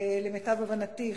למיטב הבנתי,